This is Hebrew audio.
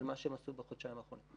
שהם עשו בחודשיים האחרונים.